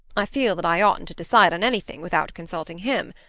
i feel that i oughtn't to decide on anything without consulting him.